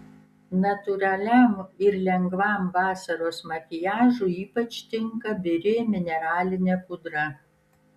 natūraliam ir lengvam vasaros makiažui ypač tinka biri mineralinė pudra